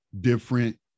different